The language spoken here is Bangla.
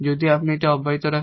যদি আপনি এটি অব্যাহত রাখেন